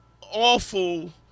awful